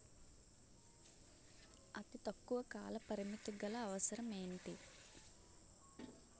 అతి తక్కువ కాల పరిమితి గల అవసరం ఏంటి